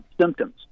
symptoms